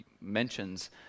Mentions